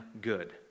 good